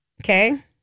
Okay